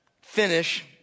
finish